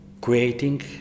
creating